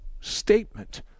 statement